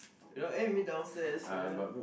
you know eh meet downstairs ya